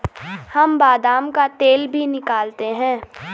हम बादाम का तेल भी निकालते हैं